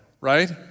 Right